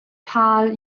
karl